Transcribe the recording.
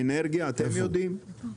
אנרגיה, אתם יודעים?